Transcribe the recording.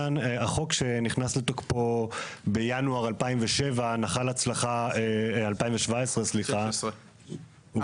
כחלק מההצלחה הזו נגרמה פגיעה מתמשכת באותם תעשיינים,